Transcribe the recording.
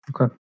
Okay